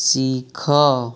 ଶିଖ